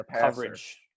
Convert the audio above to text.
coverage